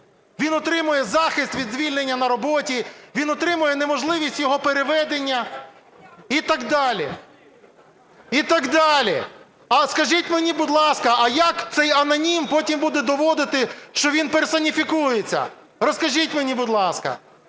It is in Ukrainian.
Він отримує захист від звільнення на роботі, він отримує неможливість його переведення і так далі. Скажіть мені, будь ласка, а як цей анонім потім буде доводити, що він персоніфікується? Розкажіть мені, будь ласка.